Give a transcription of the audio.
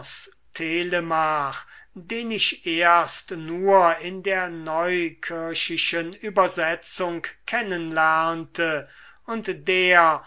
telemach den ich erst nur in der neukirchischen übersetzung kennen lernte und der